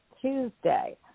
Tuesday